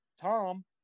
tom